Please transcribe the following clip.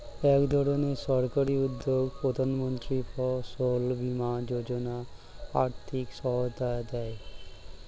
একধরনের সরকারি উদ্যোগ প্রধানমন্ত্রী ফসল বীমা যোজনা আর্থিক সহায়তা দেয়